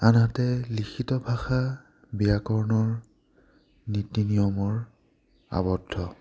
আনহাতে লিখিত ভাষা ব্যাকৰণৰ নীতি নিয়মৰ আৱদ্ধ